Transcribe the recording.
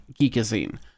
Geekazine